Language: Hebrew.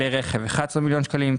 כלי רכב ב-11 מיליון שקלים,